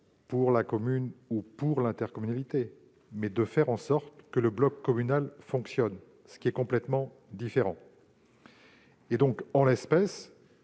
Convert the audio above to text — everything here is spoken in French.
pour la commune ou pour l'intercommunalité, mais de faire en sorte que le bloc communal fonctionne ; c'est complètement différent ! Je vais